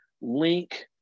link